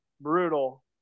brutal